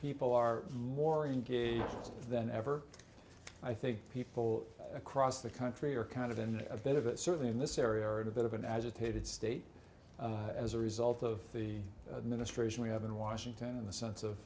people are more engaged than ever i think people across the country are kind of in a bit of it certainly in this area are at a bit of an agitated state as a result of the administration we have in washington and the sense of